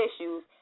issues